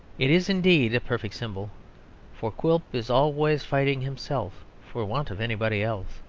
it is indeed a perfect symbol for quilp is always fighting himself for want of anybody else.